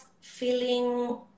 feeling